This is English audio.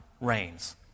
reigns